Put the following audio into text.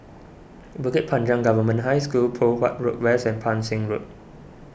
Bukit Panjang Government High School Poh Huat Road West and Pang Seng Road